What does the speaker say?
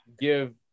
give